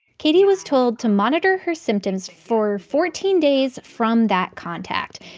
katie was told to monitor her symptoms for fourteen days from that contact,